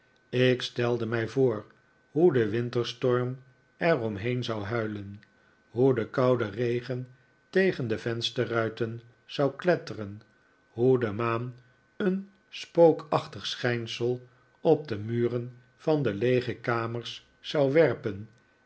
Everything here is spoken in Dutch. ik stelde mij voor hoe de winterstorm er om heen zou huilen hoe de koude regen tegen de vensterruiten zou kletteren hoe de maan een spookachtig schijnsel op de muren van de leege kamers zou werpen